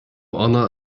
honour